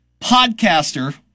podcaster